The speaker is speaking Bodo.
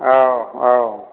औ औ